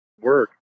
work